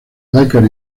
dakar